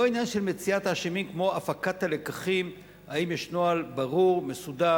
לא עניין של מציאת האשמים כמו הפקת הלקחים: האם יש נוהל ברור ומסודר?